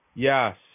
Yes